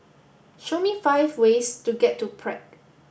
show me five ways to get to Prague